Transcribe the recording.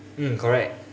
mm correct